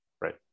right